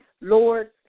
Lord